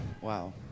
Wow